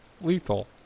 Lethal